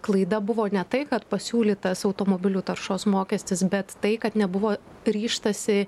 klaida buvo ne tai kad pasiūlytas automobilių taršos mokestis bet tai kad nebuvo ryžtasi